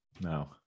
No